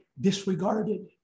disregarded